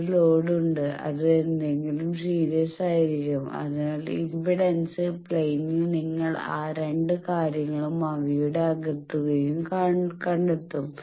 ഒരു ലോഡ് ഉണ്ട് അത് എന്തെങ്കിലുമായി സീരിസിൽ ആയിരിക്കും അതിനാൽ ഇംപെഡൻസ് പ്ലെയിനിൽ നിങ്ങൾ ആ രണ്ട് കാര്യങ്ങളും അവയുടെ ആകെത്തുകയും കണ്ടെത്തും